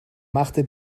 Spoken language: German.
machte